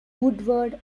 woodward